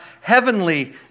heavenly